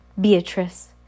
Beatrice